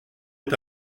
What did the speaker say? est